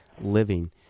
living